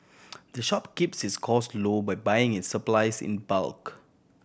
the shop keeps its costs low by buying its supplies in bulk